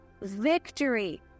victory